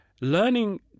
Learning